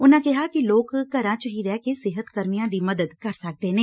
ਉਨਾਂ ਕਿਹਾ ਕਿ ਲੋਕ ਘਰਾਂ ਚ ਹੀ ਰਹਿ ਕੇ ਸਿਹਤ ਕਰਮੀਆਂ ਦੀ ਮਦਦ ਕਰ ਸਕਦੇ ਨੇ